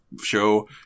show